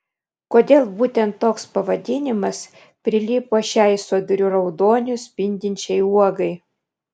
kodėl būtent toks pavadinimas prilipo šiai sodriu raudoniu spindinčiai uogai